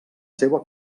seua